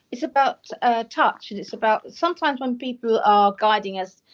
it's about ah touch and it's about sometimes when people are guiding us,